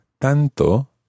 tanto